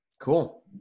Cool